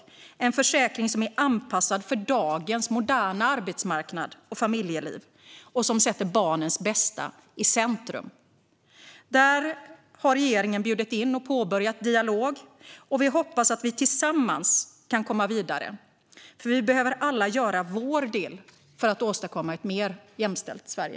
Det ska vara en försäkring som är anpassad för dagens moderna arbetsmarknad och familjeliv och som sätter barnens bästa i centrum. Regeringen har bjudit in och påbörjat dialog, och vi hoppas att vi tillsammans kan komma vidare. För vi behöver alla göra vår del för att åstadkomma ett mer jämställt Sverige.